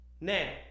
now